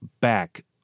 back